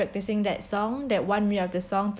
practising that song that one minute of the song to like